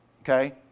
okay